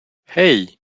hey